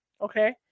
Okay